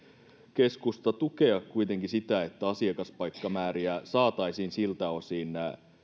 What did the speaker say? keskusta tukea kuitenkin sitä että asiakaspaikkamääriä saataisiin mukautettua siltä osin